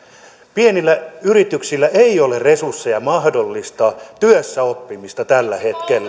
pienillä yrityksillä ei ole resursseja mahdollistaa työssäoppimista tällä